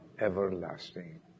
everlasting